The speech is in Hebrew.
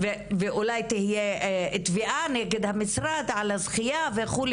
אולי תהיה תביעה נגד המשרד הזכייה וכו',